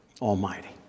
Almighty